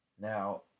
Now